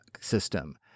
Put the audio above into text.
system